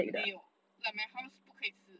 没有 like my house 不可以吃